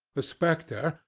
the spectre,